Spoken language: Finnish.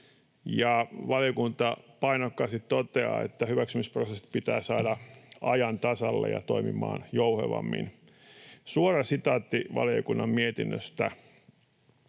Valiokunta painokkaasti toteaa, että hyväksymisprosessit pitää saada ajan tasalle ja toimimaan jouhevammin. Suora sitaatti valiokunnan mietinnöstä: